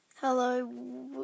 Hello